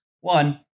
One